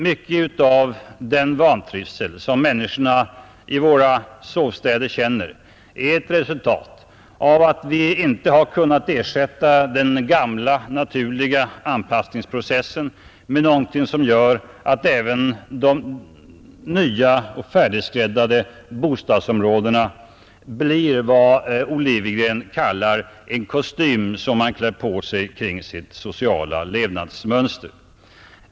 Mycket av den vantrivsel som människorna i sovstäderna känner är ett resultat av att vi inte har kunnat ersätta den gamla naturliga anpassningsprocessen med någonting som gör att även de nya och färdigskräddade bostadsområdena blir vad Olivegren kallar ”en kostym som man klär på sig kring sitt sociala levnadsmönster”.